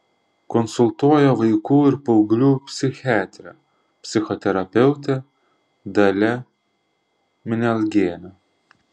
konsultuoja vaikų ir paauglių psichiatrė psichoterapeutė dalia minialgienė